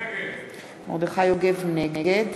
נגד